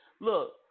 Look